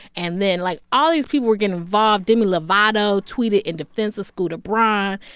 and then, like, all these people were getting involved demi lovato tweeted in defense of scooter braun.